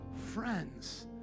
friends